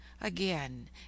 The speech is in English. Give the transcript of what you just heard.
Again